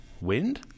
Wind